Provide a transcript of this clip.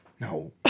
No